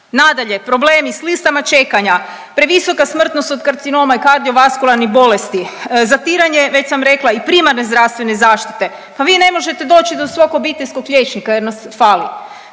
Nadalje, problemi s listama čekanja, previsoka smrtnost od karcinoma i kardiovaskularnih bolesti, zatiranje, već sam rekla i primarne zdravstvene zaštite. Pa vi ne možete doći do svog obiteljskog liječnika jer nas fali.